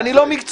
אני לא מקצועי,